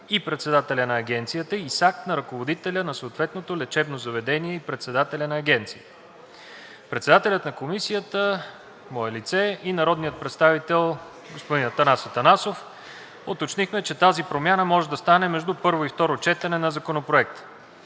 и председателя на Агенцията и с акт на ръководителя на съответното лечебно заведение и председателя на Агенцията.“ Председателят на Комисията господин Даниел Митов и народният представител генерал Атанас Атанасов уточниха, че тази промяна може да стане между първо и второ четене на Законопроекта.